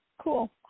cool